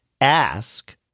ask